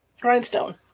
Grindstone